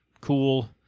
cool